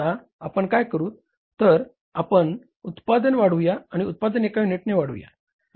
आता आपण काय करुत तर आपण उत्पादन वाढवूया आपण उत्पादन एका युनिटने वाढवूया